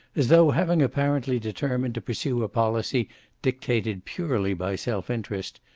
as though, having apparently determined to pursue a policy dictated purely by self interest,